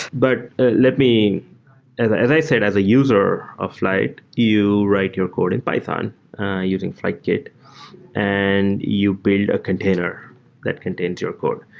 but ah let me as as i said, as a user of flyte, you'll write your code in python using flyte kit and you build a container that contains your code.